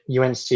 UNC